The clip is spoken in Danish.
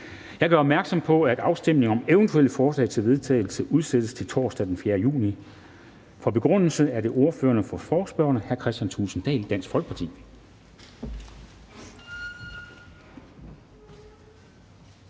Jeg gør opmærksom på, at afstemning om eventuelle forslag til vedtagelse udsættes til torsdag den 4. juni 2020. For begrundelse er det ordføreren for forespørgerne, hr. Kristian Thulesen Dahl, Dansk Folkeparti.